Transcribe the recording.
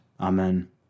Amen